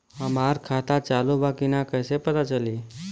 हमार खाता चालू बा कि ना कैसे पता चली?